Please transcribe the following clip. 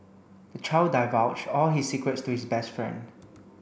the child divulged all his secrets to his best friend